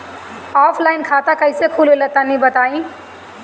Offline खाता कइसे खुलेला तनि बताईं?